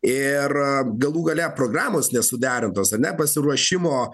ir galų gale programos nesuderintos pasiruošimo